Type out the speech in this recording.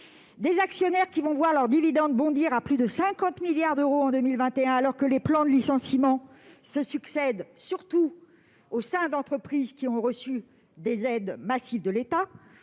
Des actionnaires, qui vont voir leurs dividendes bondir à plus de 50 milliards d'euros en 2021, alors que les plans de licenciements se succèdent, surtout au sein d'entreprises qui ont reçu des aides massives de l'État